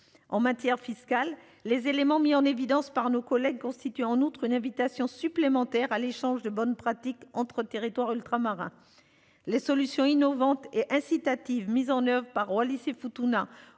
en matière fiscale. Les éléments mis en évidence par nos collègues constitue en outre une invitation supplémentaire à l'échange de bonnes pratiques entre territoires ultramarins. Les solutions innovantes et incitatives mises en Oeuvres par Wallis et Futuna